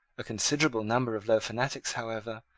a considerable number of low fanatics, however,